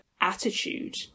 attitude